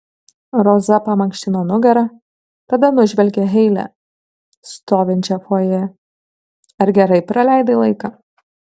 roza pamankštino nugarą tada nužvelgė heile stovinčią fojė ar gerai praleidai laiką